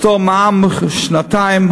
לפטור ממע"מ שנתיים,